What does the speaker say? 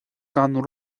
gan